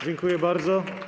Dziękuję bardzo.